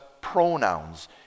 pronouns